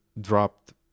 dropped